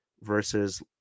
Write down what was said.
versus